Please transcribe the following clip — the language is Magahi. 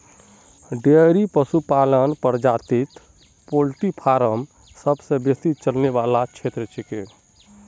डेयरी पशुपालन प्रजातित पोल्ट्री फॉर्म सबसे बेसी चलने वाला क्षेत्र छिके